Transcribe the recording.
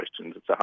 questions